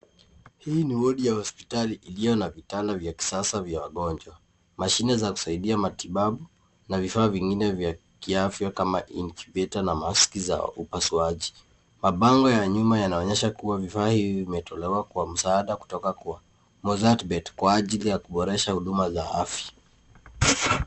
Hii ni wodi ya hospitali iliyo na vitanda vya kisasa vya wagonjwa. Mashine za kusaidia matibabu na vifaa vingine vya kiafya kama incubator na maski za upasuaji. Mabango ya nyuma yanaonyesha kuwa vifaa hivi vimetolewa kwa msaada kutoka kwa Mozzartbet kwa ajili ya kuboresha huduma za afya.